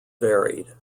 varied